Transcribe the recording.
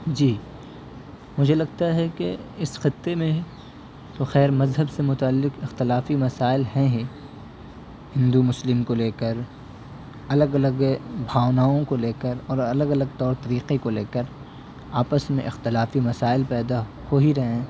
جی مجھے لگتا ہے کہ اس خطے میں غیر مذہب سے متعلق اختلافی مسائل ہیں ہی ہندو مسلم کو لے کر الگ الگ بھاوناؤں کو لے اور الگ الگ طور طریقے کو لے کر آپس میں اختلافی مسائل پیدا ہو ہی رہے ہیں